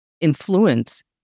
influence